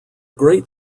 great